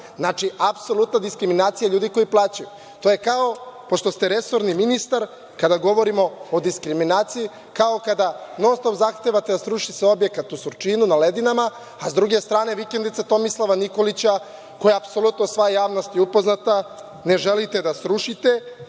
Znači, apsolutna diskriminacija ljudi koji plaćaju. To je kao, pošto ste resorni ministar, kada govorimo o diskriminaciji, kao kada non-stop zahtevate da se sruši objekat u Surčinu na Ledinama, a s druge strane vikendice Tomislava Nikolića, koje, apsolutno sva javnost je upoznata, ne želite da srušite